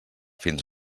fins